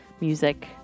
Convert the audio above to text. music